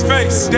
Face